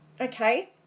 okay